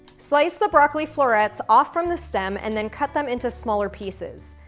slice the broccoli florets off from the stem, and then cut them into smaller pieces.